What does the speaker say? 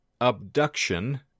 abduction